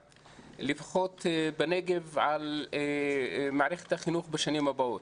לפחות בנגב על מערכת החינוך בשנים הבאות.